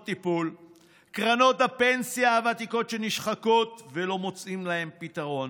קרנות הפנסיה הוותיקות נשחקות ולא מוצאים להן פתרון,